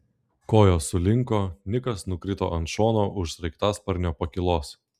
kojos sulinko nikas nukrito ant šono už sraigtasparnio pakylos